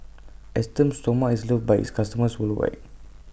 Esteem Stoma IS loved By its customers worldwide